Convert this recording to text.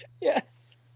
Yes